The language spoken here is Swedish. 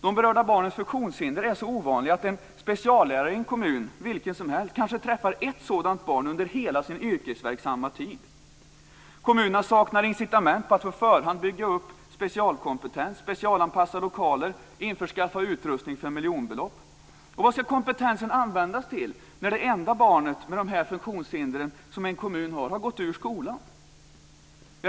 De berörda barnens funktionshinder är så ovanliga att en speciallärare i en kommun vilken som helst kanske träffar ett sådant barn under hela sin yrkesverksamma tid. Kommunerna saknar incitament för att på förhand bygga upp specialkompetens, specialanpassade lokaler och införskaffa utrustning för miljonbelopp. Och vad ska kompetensen användas till när det enda barnet med dessa funktionshinder som finns i en kommun har gått ur skolan?